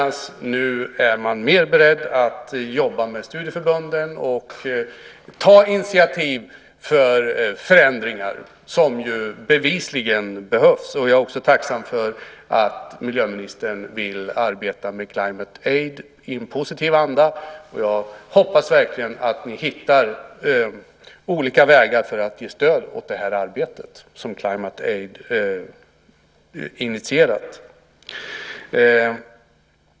Nu är man mer beredd att jobba med studieförbunden och ta initiativ till förändringar, som ju bevisligen behövs. Jag är också tacksam för att miljöministern vill arbeta med Climate Aid i en positiv anda. Jag hoppas verkligen att vi hittar olika vägar för att ge stöd åt det arbete som Climate Aid har initierat.